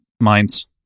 mines